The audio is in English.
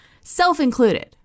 Self-included